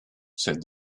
said